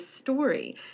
story